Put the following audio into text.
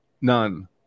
none